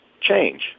change